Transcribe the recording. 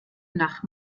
nach